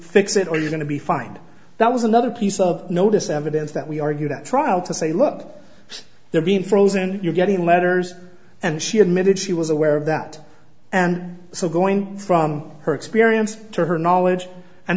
fix it or you're going to be and that was another piece of notice evidence that we argue that trial to say look they're being frozen you're getting letters and she admitted she was aware of that and so going from her experience to her knowledge and